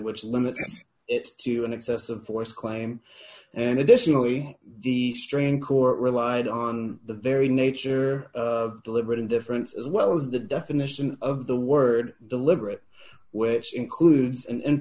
which limits it to an excessive force claim and additionally the stream court relied on the very nature of deliberate indifference as well as the definition of the word deliberate which includes an